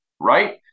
right